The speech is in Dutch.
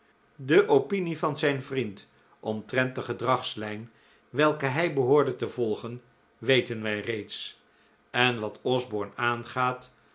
de opinie van zijn vriend omtrent de gedragslijn welke hij behoorde te volgen weten wij reeds en wat osborne aangaat